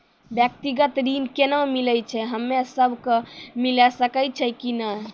व्यक्तिगत ऋण केना मिलै छै, हम्मे सब कऽ मिल सकै छै कि नै?